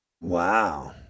Wow